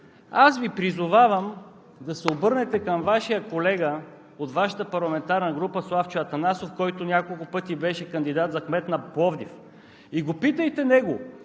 Аз Ви призовавам да се обърнете към Вашия колега, от Вашата парламентарна група, Славчо Атанасов, който няколко пъти беше кандидат за кмет на Пловдив и го питайте него: